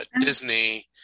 Disney